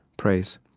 praise.